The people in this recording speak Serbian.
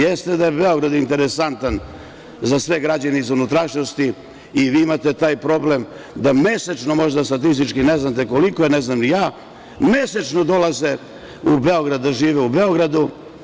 Jeste da je Beograd interesantan za sve građane iz unutrašnjosti i vi imate taj problem da mesečno možda statistički ne znate koliko je, ne znam ni ja, mesečno dolaze u Beograd da žive u Beogradu.